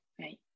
right